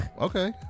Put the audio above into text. Okay